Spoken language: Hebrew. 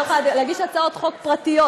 אני לא יכולה להגיש הצעות חוק פרטיות,